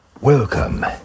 Welcome